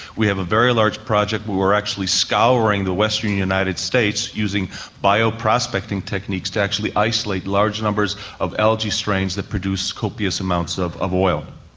we have a very large project where we're actually scouring the western united states using bio-prospecting techniques to actually isolate large numbers of algae strains that produce copious amount of of oil.